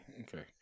Okay